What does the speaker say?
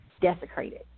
desecrated